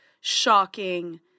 shocking